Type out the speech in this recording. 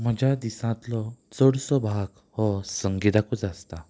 म्हज्या दिसांतलो चडसो भाग हो संगीताकूच आसता